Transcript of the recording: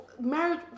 marriage